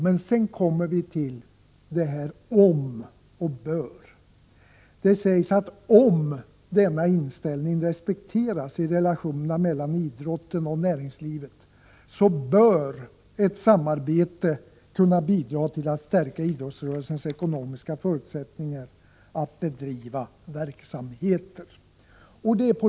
Men sedan kommer vi till en mening där det sägs att om denna inställning respekteras i relationerna mellan idrotten och näringslivet bör ett samarbete kunna bidra till att stärka idrottsrörelsens ekonomiska förutsättningar att bedriva verksamheter. Herr talman!